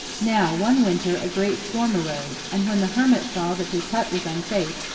now, one winter a great storm arose, and when the hermit saw that his hut was unsafe,